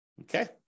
Okay